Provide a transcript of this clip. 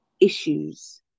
issues